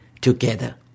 together